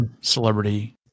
celebrity